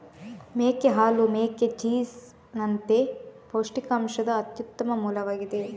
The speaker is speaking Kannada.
ಮೇಕೆ ಹಾಲು ಮೇಕೆ ಚೀಸ್ ನಂತೆ ಪೌಷ್ಟಿಕಾಂಶದ ಅತ್ಯುತ್ತಮ ಮೂಲವಾಗಿದೆ